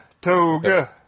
toga